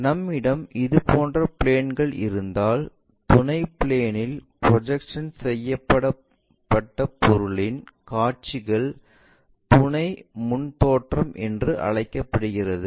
நம்மிடம் இதுபோன்ற பிளேன்கள் இருந்தால் துணை ப்ளேனில் ப்ரொஜெக்ஷன்ஸ் செய்யப்பட்ட பொருளின் காட்சிகள் துணை முன் தோற்றம் என்று அழைக்கப்படுகின்றன